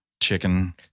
chicken